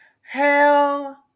Hell